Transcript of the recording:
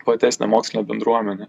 platesnę mokslinę bendruomenę